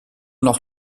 noch